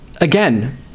again